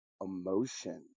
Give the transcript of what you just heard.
emotion